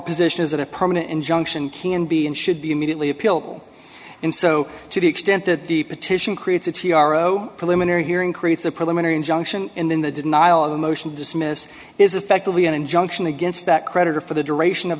position is that a permanent injunction can be and should be immediately appeal and so to the extent that the petition creates a t r o preliminary hearing creates a preliminary injunction and then the denial of a motion to dismiss is effectively an injunction against that creditor for the duration of